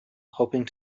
hoping